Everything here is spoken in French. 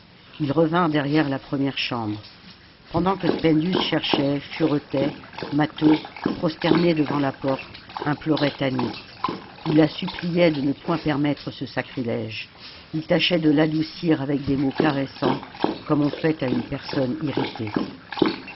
ils revinrent derrière la première chambre pendant que spendius cherchait furetait mâtho prosterné devant la porte implorait tanit il la suppliait de ne point permettre ce sacrilège ii tâchait de l'adoucir avec des mots caressants comme on fait à une personne irritée